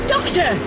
Doctor